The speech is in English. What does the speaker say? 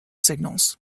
signals